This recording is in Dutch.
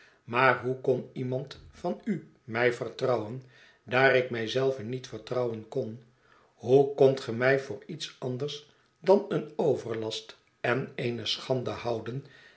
maar hoe kon iemand van u mij vertrouwen daar ik mij zelven niet vertrouwen kon hoe kondt ge mij voor iets anders dan een overlast en eenê schande houden